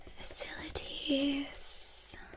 facilities